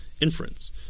inference